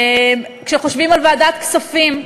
כשחושבים על ועדת הכספים,